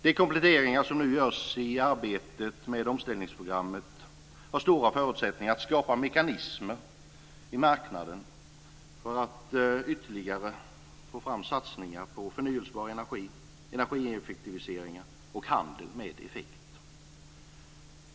De kompletteringar som nu görs i arbetet med omställningsprogrammet har stora förutsättningar att skapa mekanismer på marknaden för att få fram ytterligare satsningar på förnyelsebar energi, energieffektivisering och handel med effekt.